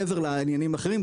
מעבר לעניינים האחרים,